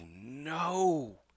no